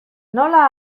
nola